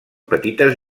petites